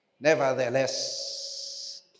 nevertheless